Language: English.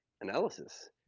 analysis